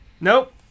Nope